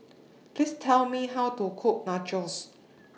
Please Tell Me How to Cook Nachos